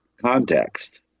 context